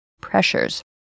pressures